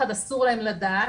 מצד אחד אסור להם לדעת,